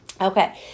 Okay